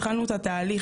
התחלנו את התהליך,